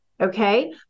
okay